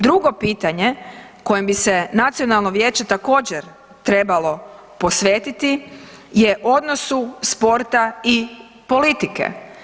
Drugo pitanje kojem bi se nacionalno vijeće također trebalo posvetiti je odnosu sporta i politike.